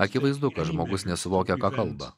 akivaizdu kad žmogus nesuvokia ką kalba